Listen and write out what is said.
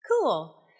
Cool